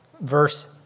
verse